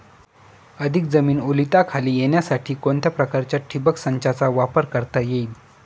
अधिक जमीन ओलिताखाली येण्यासाठी कोणत्या प्रकारच्या ठिबक संचाचा वापर करता येईल?